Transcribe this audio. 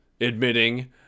admitting